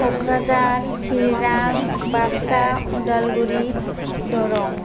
क'क्राझार सिरां बाक्सा उदालगुरि दरं